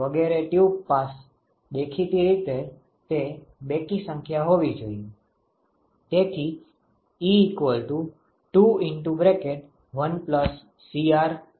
વગેરે ટ્યુબ પાસ દેખીતી રીતે તે બેકી સંખ્યા હોવી જોઈએ